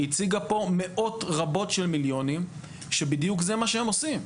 היא הציגה פה מאות רבות של מיליונים שבדיוק זה מה שהם עושים.